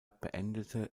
beendete